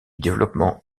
développement